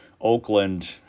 Oakland